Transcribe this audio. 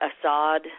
Assad